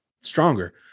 stronger